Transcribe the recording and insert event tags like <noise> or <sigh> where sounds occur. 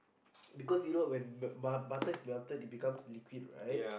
<noise> because you know when but~ butter is melted it becomes liquid right